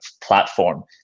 platform